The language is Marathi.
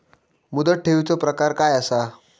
मुदत ठेवीचो प्रकार काय असा?